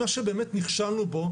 מה שבאמת נכשלנו בו,